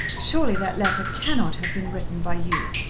surely that letter cannot have been written by you.